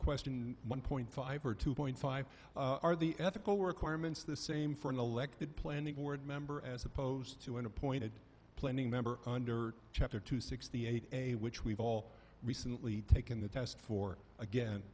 question in one point five or two point five are the ethical or acquirements the same for an elected planning board member as opposed to an appointed planning member under chapter two sixty eight a which we've all recently taken the test for again